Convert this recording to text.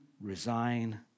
resign